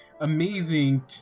amazing